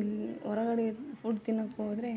ಇಲ್ಲಿ ಹೊರಗಡೆ ಫುಡ್ ತಿನ್ನೋಕೆ ಹೋದ್ರೆ